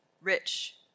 rich